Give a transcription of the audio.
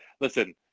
listen